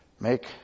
Make